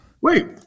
Wait